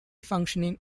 functioning